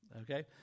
okay